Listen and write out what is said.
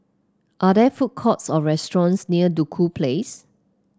are there food courts or restaurants near Duku Place